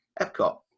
Epcot